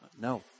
no